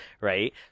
Right